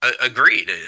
agreed